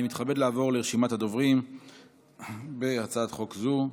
אני מתכבד לעבור לרשימת הדוברים בהצעת חוק זו.